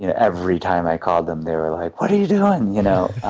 you know every time i called them, they were like, what are you doing? you know